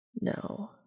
No